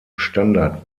standard